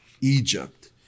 Egypt